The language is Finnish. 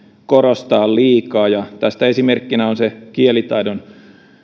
korostaa liikaa ja tästä esimerkkinä on se kielitaidon